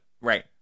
Right